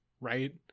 right